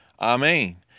Amen